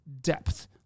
depth